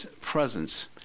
presence